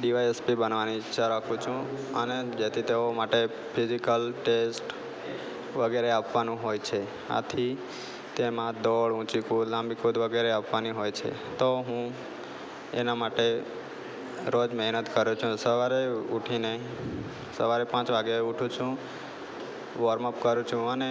DySP બનવાની ઈચ્છા રાખું છું અને જેથી તેઓ માટે ફિઝિકલ ટેસ્ટ વગેરે આપવાનું હોય છે આથી તેમાં દોડ ઊંચી કુદ લાંબી કુદ વગેરે આપવાની હોય છે તો હું એના માટે રોજ મહેનત કરું છું સવારે ઊઠીને સવારે પાંચ વાગે ઊઠું છું વોર્મઅપ કરું છું અને